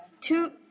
two